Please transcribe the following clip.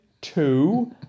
two